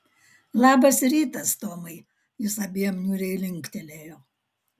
labas rytas tomai jis abiem niūriai linktelėjo